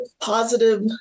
positive